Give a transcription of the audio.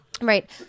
right